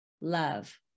love